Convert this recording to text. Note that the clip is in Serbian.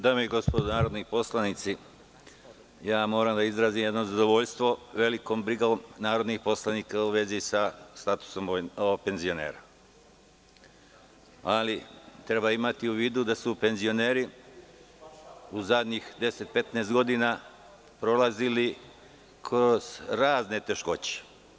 Dame i gospodo narodni poslanici, moram da izrazim jedno zadovoljstvo velikom brigom narodnih poslanika u vezi sa statusom penzionera, ali treba imati u vidu da su penzioneri u zadnjih 10-15 godina prolazili kroz razne teškoće.